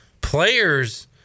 players